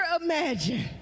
imagine